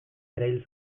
erail